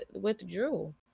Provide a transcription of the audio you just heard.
withdrew